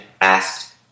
asked